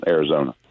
Arizona